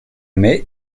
mets